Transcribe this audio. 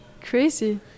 Crazy